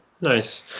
Nice